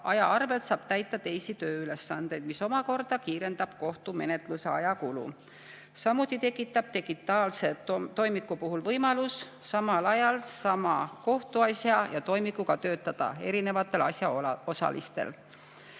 aja arvel saab täita teisi tööülesandeid, mis omakorda [vähendab] kohtumenetluse ajakulu. Samuti tekib digitaalse toimiku puhul võimalus samal ajal sama kohtuasja ja toimikuga töötada erinevatel asjaosalistel.